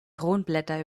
kronblätter